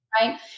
right